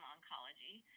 Oncology